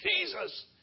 Jesus